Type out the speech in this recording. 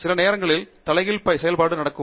சில நேரங்களில் தலைகீழ் செயல்பாடு நடக்கும்